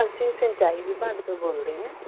ਅਸੀਂ ਸਿੰਚਾਈ ਵਿਭਾਗ ਤੋਂ ਬੋਲਦੇ ਹਾਂ